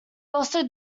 also